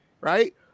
right